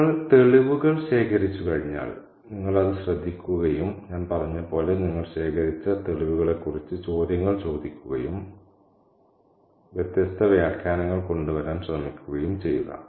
നിങ്ങൾ തെളിവുകൾ ശേഖരിച്ചുകഴിഞ്ഞാൽ നിങ്ങൾ അത് ശ്രദ്ധിക്കുകയും ഞാൻ പറഞ്ഞ പോലെ നിങ്ങൾ ശേഖരിച്ച തെളിവുകളെക്കുറിച്ച് ചോദ്യങ്ങൾ ചോദിക്കുകയും നിങ്ങൾ ശേഖരിച്ച തെളിവുകളെക്കുറിച്ച് വ്യത്യസ്ത വ്യാഖ്യാനങ്ങൾ കൊണ്ടുവരാൻ ശ്രമിക്കുകയും ചെയ്യുക